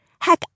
Heck